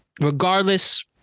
regardless